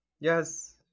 Yes